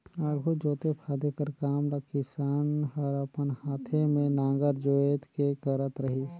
आघु जोते फादे कर काम ल किसान हर अपन हाथे मे नांगर जोएत के करत रहिस